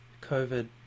COVID